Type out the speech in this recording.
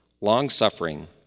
long-suffering